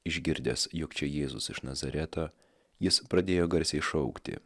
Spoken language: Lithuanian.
išgirdęs jog čia jėzus iš nazareto jis pradėjo garsiai šaukti